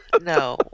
No